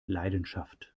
leidenschaft